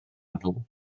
nhw